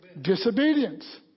Disobedience